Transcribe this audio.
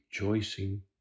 rejoicing